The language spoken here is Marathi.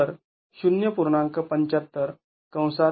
तर ०